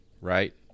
right